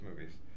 movies